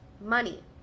money